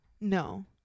No